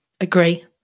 agree